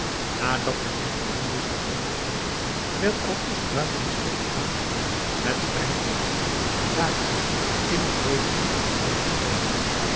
nadat men hem aldus had rondgevoerd werd alcouz buiten de stad gebragt met streng verbod daarin immer weder terug te mogen komen